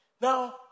Now